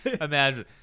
imagine